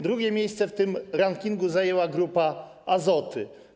Drugie miejsce w tym rankingu zajęła Grupa Azoty.